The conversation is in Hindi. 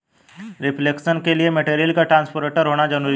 रिफ्लेक्शन के लिए मटेरियल का ट्रांसपेरेंट होना जरूरी है